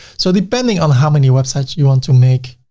so depending on how many websites you want to make,